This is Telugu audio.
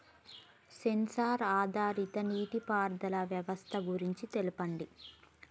సెన్సార్ ఆధారిత నీటిపారుదల వ్యవస్థ గురించి తెల్పండి?